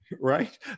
right